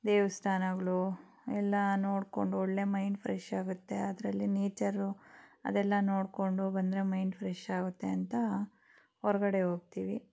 ದೇವಾಸ್ಥಾನಗಳು ಎಲ್ಲ ನೋಡ್ಕೊಂಡು ಒಳ್ಳೆಯ ಮೈಂಡ್ ಫ್ರೆಶ್ಶಾಗುತ್ತೆ ಅದರಲ್ಲಿ ನೇಚರು ಅದೆಲ್ಲ ನೋಡಿಕೊಂಡು ಬಂದರೆ ಮೈಂಡ್ ಫ್ರೆಶ್ಶಾಗುತ್ತೆಂತ ಹೊರ್ಗಡೆ ಹೋಗ್ತೀವಿ